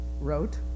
wrote